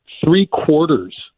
three-quarters